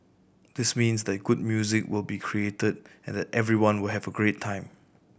this means that good music will be created and that everyone will have a great time